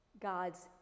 God's